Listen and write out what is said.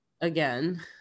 Again